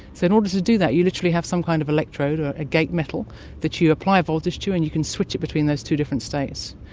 so in order to do that you literally have some kind of electrode, or a gate metal that you you apply voltage to and you can switch it between those two different states.